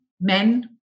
men